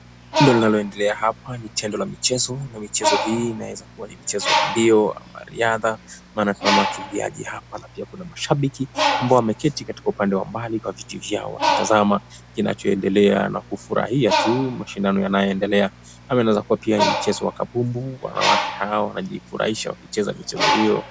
Tendo linaloendelea hapa ni tendo la michezo na michezo hii inaweza kuwa ni michezo ya mbio ama riadha, maana tunaona wakimbiaji hapa na pia kuna mashabiki ambao wameketi katika upande wa mbali kwa viti vyao wakitazama kinachoendelea na kufurahia tu mashindano yanayoendelea. Ama inaweza kuwa pia ni mchezo wa kabumbu, wanawake hao wanajifurahisha wakicheza michezo hiyo.